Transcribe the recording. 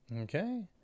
Okay